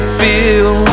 feel